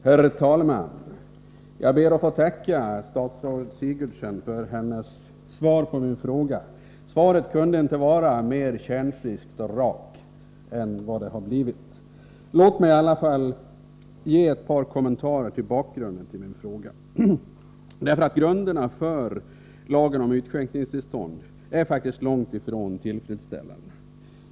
Herr talman! Jag ber att få tacka statsrådet Sigurdsen för hennes svar på min fråga. Svaret kunde inte ha varit mer kärnfriskt och rakt. Låt mig i alla fall ge ett par kommentarer till bakgrunden till min fråga. Grunderna för lagen om utskänkningstillstånd är faktiskt långt ifrån tillfredsställande.